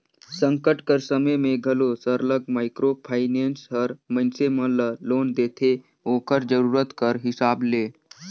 संकट कर समे में घलो सरलग माइक्रो फाइनेंस हर मइनसे मन ल लोन देथे ओकर जरूरत कर हिसाब ले